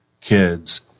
kids